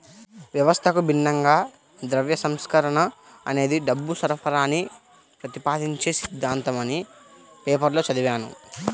వ్యవస్థకు భిన్నంగా ద్రవ్య సంస్కరణ అనేది డబ్బు సరఫరాని ప్రతిపాదించే సిద్ధాంతమని పేపర్లో చదివాను